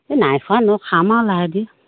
এই নাই খোৱা মই খাম আৰু লাহে ধীৰে